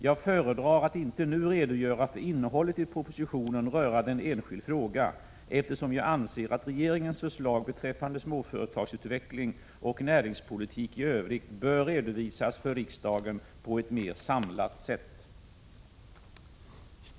Jag föredrar att inte nu redogöra för innehållet i propositionen rörande en enskild fråga, eftersom jag anser att regeringens förslag beträffande småföretagsutveckling och näringspolitik i övrigt bör redovisas för riksdagen på ett mer samlat sätt.